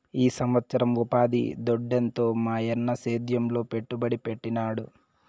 ఈ సంవత్సరం ఉపాధి దొడ్డెంత మాయన్న సేద్యంలో పెట్టుబడి పెట్టినాడు